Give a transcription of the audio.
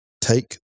Take